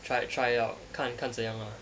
try try out 看一看怎样 mah